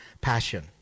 passion